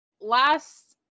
last